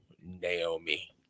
Naomi